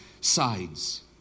sides